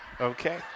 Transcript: okay